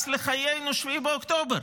לחיינו 7 באוקטובר.